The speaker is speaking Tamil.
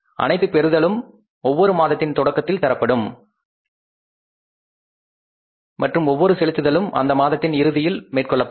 அனைத்து பெறுதலும் ஒவ்வொரு மாதத்தின் தொடக்கத்தில் தரப்படும் மற்றும் ஒவ்வொரு செலுத்துதலும் அந்த மாதத்தின் இறுதியில் மேற்கொள்ளப்படும்